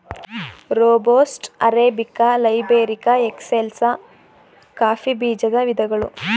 robusta, arabica, liberica, excelsa coffee ಬೀಜದ ವಿಧಗಳು